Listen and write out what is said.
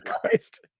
Christ